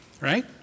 right